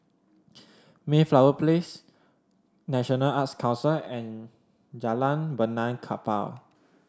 Mayflower Place National Arts Council and Jalan Benaan Kapal